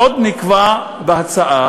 עוד נקבע בהצעה,